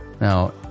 Now